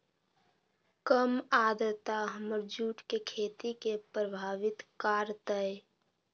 कम आद्रता हमर जुट के खेती के प्रभावित कारतै?